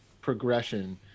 progression